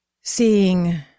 seeing